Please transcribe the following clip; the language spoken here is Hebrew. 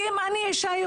כי אם אני יכולה,